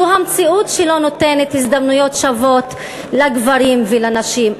וזו המציאות שלא נותנת הזדמנויות שוות לגברים ולנשים.